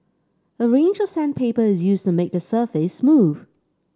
a range of sandpaper is used to make the surface smooth